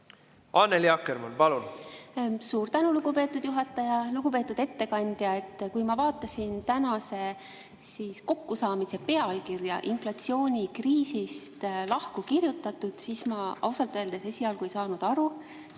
Annely Akkermann, palun! Suur tänu, lugupeetud juhataja! Lugupeetud ettekandja! Kui ma vaatasin tänase kokkusaamise pealkirja "Inflatsiooni kriisist" – lahku kirjutatud –, siis ma ausalt öeldes esialgu ei saanud aru,